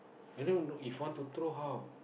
i don't know if want to throw how